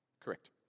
Correct